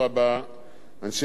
אנשי משרד החוץ,